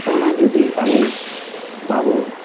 ᱚᱱᱟ ᱡᱩᱫᱤ ᱟᱵᱚ ᱵᱟᱵᱚ